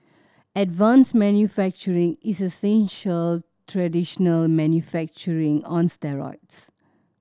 advanced manufacturing is essential traditional manufacturing on steroids